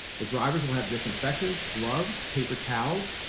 the drivers will have disinfectants, gloves, paper towels,